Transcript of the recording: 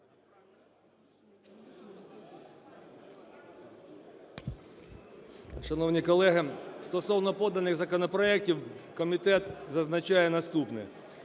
Шановні колеги, стосовно поданих законопроектів комітет зазначає наступне.